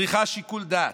צריכה שיקול דעת,